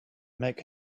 make